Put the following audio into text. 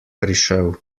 prišel